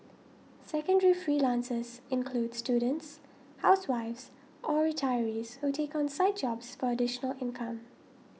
secondary freelancers include students housewives or retirees who take on side jobs for additional income